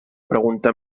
pregunta